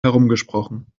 herumgesprochen